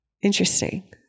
Interesting